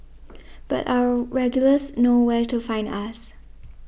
but our regulars know where to find us